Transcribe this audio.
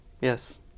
Yes